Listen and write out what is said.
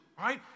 right